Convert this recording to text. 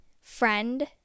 friend